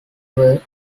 were